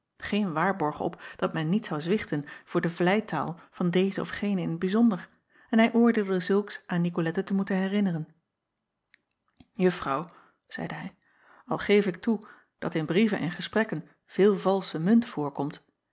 geen waarborg op dat men niet zou zwichten voor de vleitaal van dezen of genen in t bijzonder en hij oordeelde zulks aan icolette te moeten herinneren uffrouw zeide hij al geef ik toe dat in brieven en gesprekken veel valsche munt voorkomt